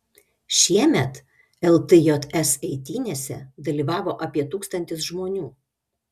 šiemet ltjs eitynėse dalyvavo apie tūkstantis žmonių